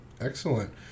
Excellent